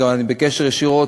אני בקשר, ישירות,